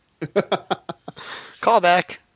Callback